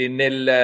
nel